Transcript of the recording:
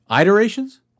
iterations